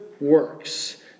works